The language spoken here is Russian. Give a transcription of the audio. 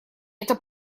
это